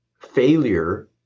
failure